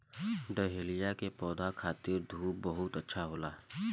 dahlia के पौधा खातिर धूप बहुत अच्छा होला